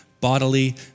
bodily